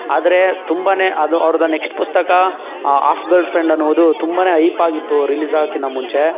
ಆದರೆ ತುಂಬನೇ ಅದು ಅವ್ರದ್ದು ನೆಕ್ಷ್ಟ್ ಪುಸ್ತಕ ಆಫ್ ಗರ್ಲ್ಫ್ರೆಂಡ್ ಅನ್ನುವುದು ತುಂಬನೇ ಐಪ್ ಆಗಿತ್ತು ರಿಲೀಸ್ ಆಗೋಕ್ಕಿಂತ ಮುಂಚೆ